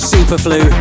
Superflu